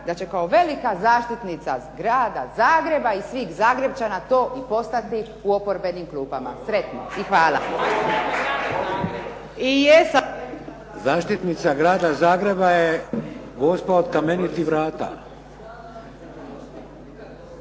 da će kao velika zaštitnica grada Zagreba i svih Zagrepčana to i postati u oporbenim klupama. Sretno. I hvala. **Šeks, Vladimir (HDZ)** Zaštitnica grada Zagreba je Gospa od Kamenitih vrata.